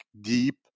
deep